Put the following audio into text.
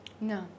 No